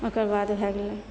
ओकर बाद भए गेल